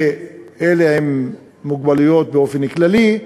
ובפני אלה עם מוגבלות באופן כללי,